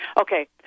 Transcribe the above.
okay